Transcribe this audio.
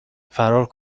فرار